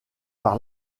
par